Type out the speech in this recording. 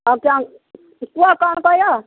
ଆଜ୍ଞା କିଏ କ'ଣ କହିବ